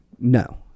No